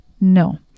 no